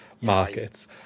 markets